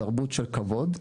תרבות של כבוד,